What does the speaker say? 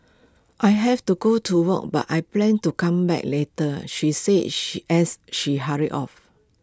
I have to go to work but I plan to come back later she said she as she hurried off